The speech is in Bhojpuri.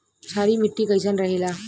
क्षारीय मिट्टी कईसन रहेला?